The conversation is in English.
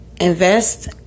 invest